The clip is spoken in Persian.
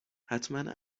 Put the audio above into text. حتما